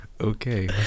okay